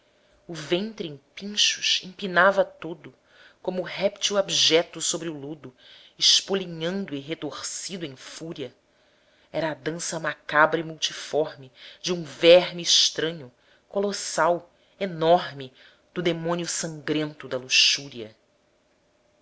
o ventre em pinchos empinava todo como reptil abjecto sobre o lodo espolinhando e retorcido em fúria era a dança macabra e multiforme de um verme estranho colossal enorme do demônio sangrento da luxúria